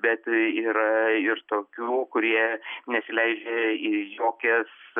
bet yra ir tokių kurie nesileidžia į jokias